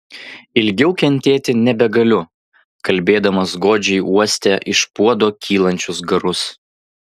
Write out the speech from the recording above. ilgiau kentėti nebegaliu kalbėdamas godžiai uostė iš puodo kylančius garus